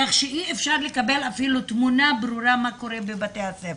כך שאי אפשר לקבל אפילו תמונה ברורה מה קורה בבתי הספר.